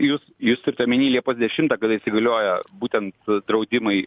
jūs jūs turit omeny liepos dešimtą kada įsigalioja būtent draudimai